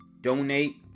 donate